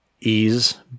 ease